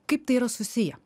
kaip tai yra susiję